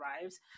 arrives